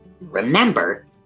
remember